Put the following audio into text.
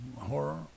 horror